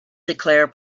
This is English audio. declare